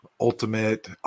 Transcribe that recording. ultimate